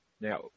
Now